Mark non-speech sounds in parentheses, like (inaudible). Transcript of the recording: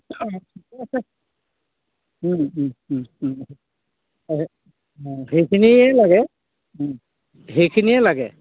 (unintelligible) সেইখিনিয়ে লাগে সেইখিনিয়ে লাগে